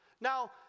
Now